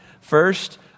first